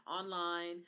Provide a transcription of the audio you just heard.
online